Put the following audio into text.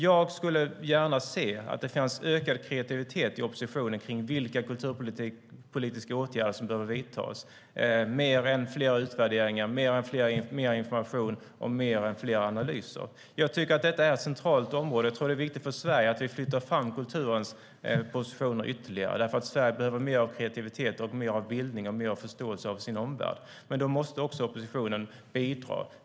Jag skulle gärna se att det fanns en ökad kreativitet i oppositionen när det gäller vilka kulturpolitiska åtgärder som behöver vidtas mer än fler utvärderingar, mer information och fler analyser. Jag tycker att detta är ett centralt område, och det är viktigt för Sverige att vi flyttar fram kulturens positioner ytterligare. Sverige behöver mer av kreativitet, mer av bildning och mer av förståelse för sin omvärld. Men då måste också oppositionen bidra.